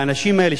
האנשים האלה,